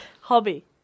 Hobby